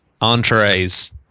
entrees